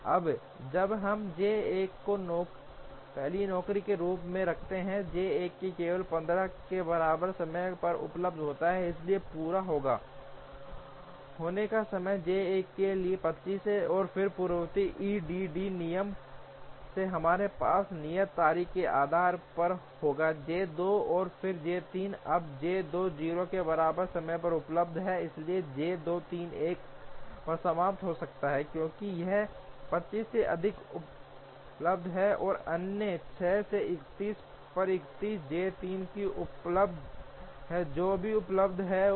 अब जब हम J 1 को पहली नौकरी के रूप में रखते हैं J 1 केवल 15 के बराबर समय पर उपलब्ध होता है इसलिए पूरा होने का समय J 1 के लिए 25 है और फिर पूर्ववर्ती EDD नियम से हमारे पास नियत तारीखों के आधार पर होगा J 2 और फिर J 3 अब J 2 0 के बराबर समय पर उपलब्ध है इसलिए J 2 31 पर समाप्त हो सकता है क्योंकि यह 25 से अधिक उपलब्ध है और अन्य 6 से 31 पर 31 J 3 भी उपलब्ध है जो कि उपलब्ध है 8